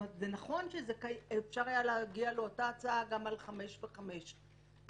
נכון שאפשר היה להגיע לאותה הצעה גם על חמש שנים וחמש שנים,